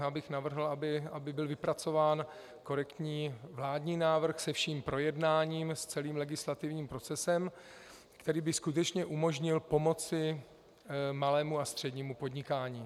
Já bych navrhl, aby byl vypracován korektní vládní návrh se vším projednáním, s celým legislativním procesem, který by skutečně umožnil pomoci malému a střednímu podnikání.